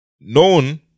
Known